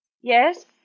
Yes